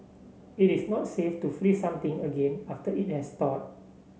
it is not safe to freeze something again after it has thawed